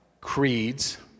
creeds